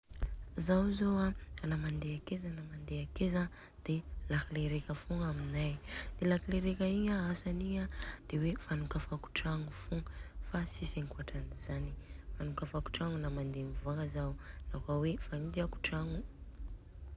Zaho zô an de na mandeha akeza na mandeha akeza de la clé reka fogna aminay. I la clé reka igna.